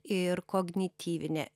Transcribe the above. ir kognityvinė